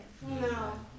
No